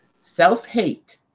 Self-hate